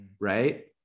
right